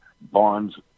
bonds